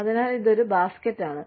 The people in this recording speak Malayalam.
അതിനാൽ ഇത് ഒരു ബാസ്കറ്റ് ആണ്